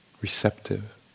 receptive